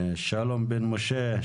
שלום בן משה.